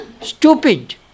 Stupid